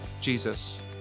Jesus